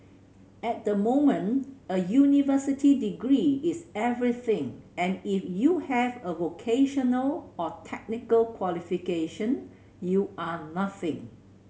at the moment a university degree is everything and if you have a vocational or technical qualification you are nothing